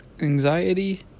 anxiety